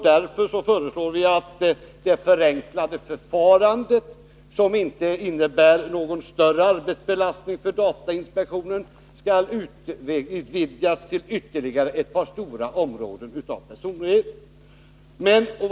Därför föreslår vi också att det förenklade förfarande som inte innebär någon större arbetsbelastning för datainspektionen skall utvidgas till ytterligare ett parstora ärendegrupper som kan komma ii fråga för undantag från nuvarande tillståndskrav.